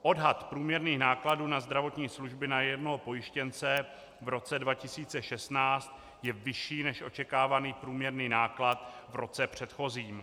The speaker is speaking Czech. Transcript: Odhad průměrných nákladů na zdravotní služby na jednoho pojištěnce v roce 2016 je vyšší než očekávaný průměrný náklad v roce předchozím.